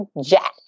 jack